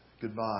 goodbye